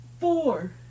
four